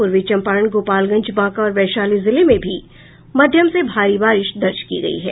पूर्वी चंपारण गोपालगंज बांका और वैशाली जिले में भी मध्यम से भारी बारिश दर्ज की गयी है